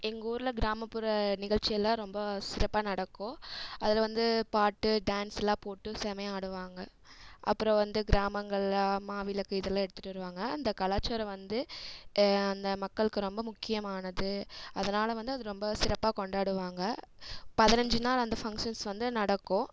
எங்கள் ஊரில் கிராமப்புற நிகழ்ச்சியெல்லாம் ரொம்ப சிறப்பாக நடக்கும் அதில் வந்து பாட்டு டான்ஸ்யெலாம் போட்டு செம்மையாக ஆடுவாங்க அப்புறம் வந்து கிராமங்களில் மாவிளக்கு இதெல்லாம் எடுத்துகிட்டு வருவாங்க அந்த கலாச்சாரம் வந்து அந்த மக்களுக்கு ரொம்ப முக்கியமானது அதனால வந்து அது ரொம்ப சிறப்பாக கொண்டாடுவாங்க பதினைஞ்சி நாள் அந்த ஃபங்ஷன்ஸ் வந்து நடக்கும்